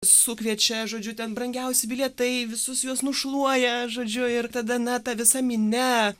sukviečia žodžiu ten brangiausi bilietai visus juos nušluoja žodžiu ir tada na ta visa minia